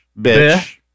bitch